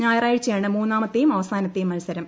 ഞായറാഴ്ചയാണ് മൂന്നാമത്തെയും അവസാനത്തെയും മത്സരം